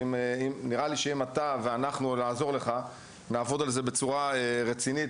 אז נראה לי שאם אתה ואנחנו נעבוד על זה בצורה רצינית,